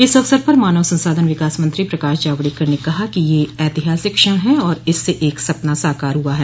इस अवसर पर मानव संसाधन विकास मंत्री प्रकाश जावडकर ने कहा कि यह एक ऐतिहासिक क्षण है और इससे एक सपना साकार हुआ है